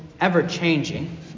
ever-changing